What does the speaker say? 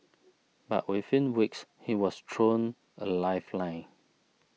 but within weeks he was thrown a lifeline